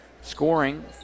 Scoring